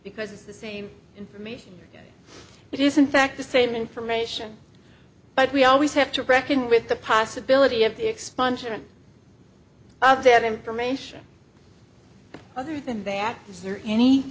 because it's the same information it isn't fact the same information but we always have to reckon with the possibility of the expansion of the information other than the act is there any